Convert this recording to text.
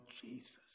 Jesus